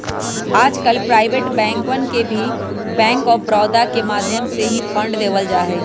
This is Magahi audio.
आजकल प्राइवेट बैंकवन के भी बैंक आफ बडौदा के माध्यम से ही फंड देवल जाहई